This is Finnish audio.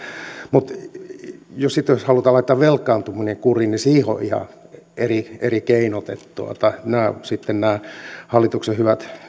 mutta sitten jos halutaan laittaa velkaantuminen kuriin niin siihen on ihan eri eri keinot nämä hallituksen hyvät